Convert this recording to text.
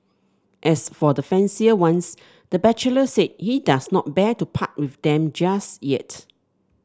as for the fancier ones the bachelor said he does not bear to part with them just yet